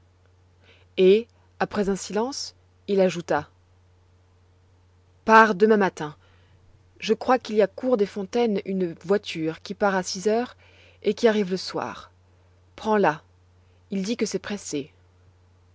et après un silence il ajouta pars demain matin je crois qu'il y a cour des fontaines une voiture qui part à six heures et qui arrive le soir prends la il dit que c'est pressé